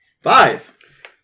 Five